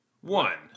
one